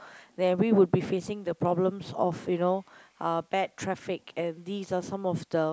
then we will would be facing the problems of you know uh bad traffic and these are some of the